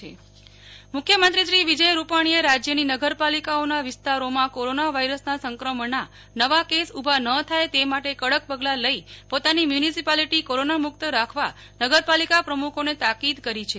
નેહ્લ ઠક્કર મુ ખ્યમંત્રીનગર પાલિકા મુખ્યમંત્રી શ્રી વિજ્ય રૂપાણીએ રાજયની નગર પાલિકાઓના વિસ્તારોમાં કોરોના વાયરસના સંક્રમણના નવા કેસ ઉભા ન થાય તે માટે કડક પગલા લઈ પોતાની મ્યુ નિસિપાલીટી કોરોના મુક્ત રાખવા નગર પાલિકા પ્રમુખોને તાકીદ કરી છે